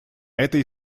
этой